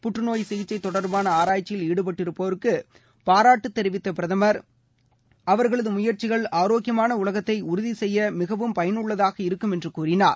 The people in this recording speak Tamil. புற்றுநோய் சிகிச்சை தொடர்பான ஆராய்ச்சியில் ஈடுபட்டிருப்போருக்கு பாராட்டு தெரிவித்த பிரதமர் அவா்களது முயற்சிகள் ஆரோக்கியமான உலகத்தை உறுதிசெய்ய மிகவும் பயனுள்ளதாக இருக்கும் என்றும் கூறினார்